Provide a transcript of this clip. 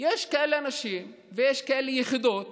יש כאלה אנשים ויש כאלה יחידות